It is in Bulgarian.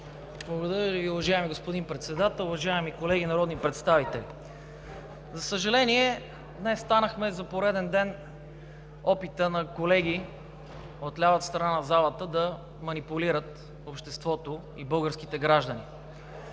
Благодаря Ви, уважаеми господин Председател. Уважаеми колеги народни представители, за съжаление, днес за пореден ден станахме свидетели на опита на колеги от лявата страна на залата да манипулират обществото и българските граждани.